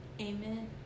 Amen